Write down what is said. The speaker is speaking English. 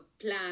plan